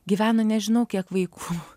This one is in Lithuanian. gyveno nežinau kiek vaikų